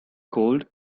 cold